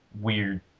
weird